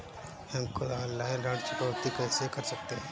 हम खुद ऑनलाइन ऋण चुकौती कैसे कर सकते हैं?